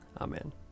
Amen